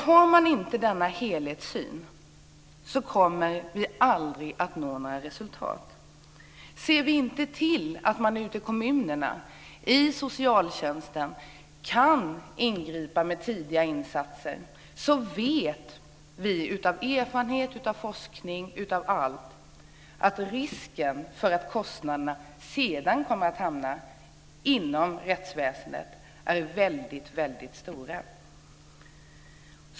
Har man inte denna helhetssyn kommer man aldrig att nå några resultat. Ser vi inte till att man ute i kommunerna genom socialtjänsten kan ingripa med tidiga insatser vet vi av erfarenhet och forskning att risken för att kostnaderna senare kommer att hamna inom rättsväsendet är väldigt stora.